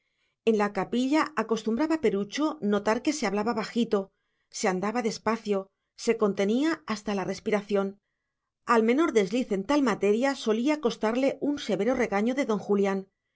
en la capilla acostumbraba perucho notar que se hablaba bajito se andaba despacio se contenía hasta la respiración el menor desliz en tal materia solía costarle un severo regaño de don julián